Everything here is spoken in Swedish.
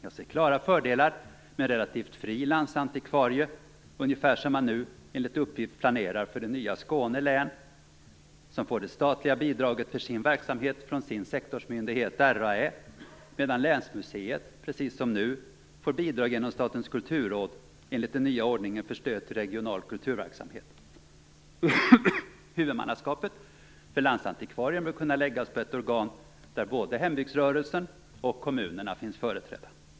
Jag ser klara fördelar med en relativt fri landsantikvarie, ungefär som man nu enligt uppgift planerar för det nya Skåne län, som får det statliga bidraget för sin verksamhet från sin sektorsmyndighet, RAÄ, medan länsmuseet, precis som nu, får bidrag genom Statens kulturråd enligt den nya ordningen för stöd till regional kulturverksamhet. Huvudmannaskapet för landsantikvarien bör kunna läggas på ett organ där både hembygdsrörelsen och kommunerna finns företrädda.